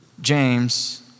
James